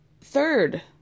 third